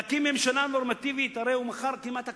להקים ממשלה נורמטיבית, הרי הוא מכר כמעט הכול.